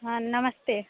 हाँ नमस्ते